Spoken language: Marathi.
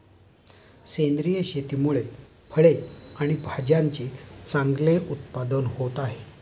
सेंद्रिय शेतीमुळे फळे आणि भाज्यांचे चांगले उत्पादन होत आहे